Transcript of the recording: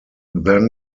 then